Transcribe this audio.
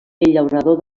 llaurador